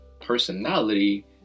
personality